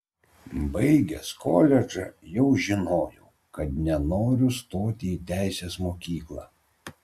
baigęs koledžą jau žinojau kad nenoriu stoti į teisės mokyklą